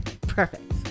Perfect